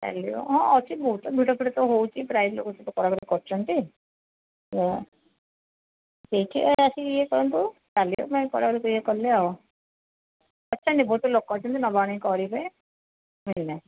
ଚାଲିବ ହଁ ଅଛି ତ ବହୁତ ଭିଡ଼ ଫିଡ଼ ତ ହେଉଛି ପ୍ରାୟ ଲୋକ କିଣାକିଣି କରୁଛନ୍ତି ତ ସେଠି ଆସିକି ଇଏ କରନ୍ତୁ ଇଏ କଲେ ଆଉ ଅଛନ୍ତି ବହୁତ ଲୋକ ଅଛନ୍ତି ନେବା ଆଣିବା କରିବେ ବୁଝିଲେ